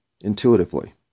intuitively